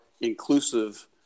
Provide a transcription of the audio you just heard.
inclusive